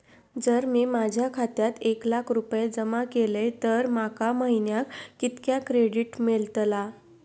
जर मी माझ्या खात्यात एक लाख रुपये जमा केलय तर माका महिन्याक कितक्या क्रेडिट मेलतला?